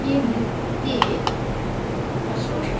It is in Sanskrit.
ये निर् ये पशुः